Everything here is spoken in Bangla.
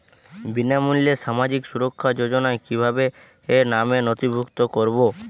বিনামূল্যে সামাজিক সুরক্ষা যোজনায় কিভাবে নামে নথিভুক্ত করবো?